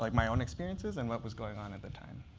like my own experiences and what was going on at that time.